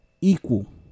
equal